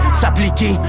s'appliquer